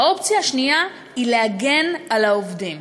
האופציה השנייה היא הגנה על העובדים.